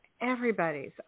everybody's